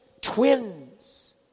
twins